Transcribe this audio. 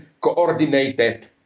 coordinated